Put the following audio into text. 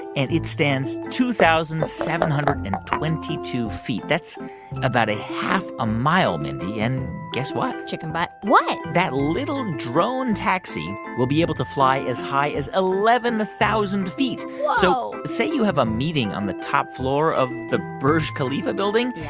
and it stands two thousand seven hundred and twenty two feet. that's about a half a mile, mindy. and guess what? chicken butt. what? that little drone taxi will be able to fly as high as eleven thousand feet whoa so say you have a meeting on the top floor of the burj khalifa building.